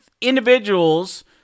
individuals